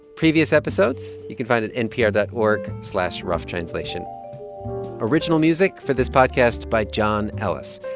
previous episodes, you can find at npr dot org slash roughtranslation. original music for this podcast by john ellis.